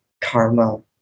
Karma